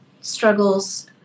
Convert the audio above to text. struggles